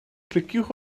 cliciwch